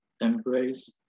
embrace